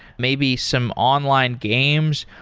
maybe some online games.